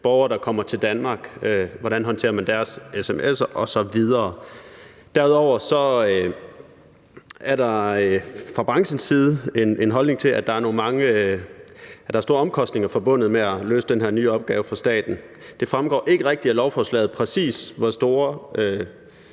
borgere, der kommer til Danmark. Hvordan håndterer man deres sms'er osv.? Derudover er der fra branchens side en holdning til, at der er store omkostninger forbundet med at løse den her nye opgave for staten. Det fremgår ikke rigtig af lovforslaget, præcist hvor store